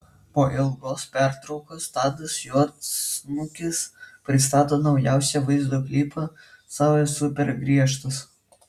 po ilgos pertraukos tadas juodsnukis pristato naujausią vaizdo klipą sau esu per griežtas